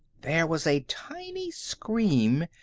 there was a tinny scream,